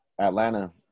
Atlanta